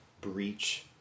breach